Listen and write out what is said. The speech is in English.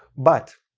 but,